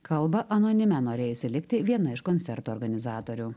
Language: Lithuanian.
kalba anonime norėjusi likti viena iš koncerto organizatorių